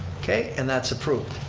okay, and that's approved.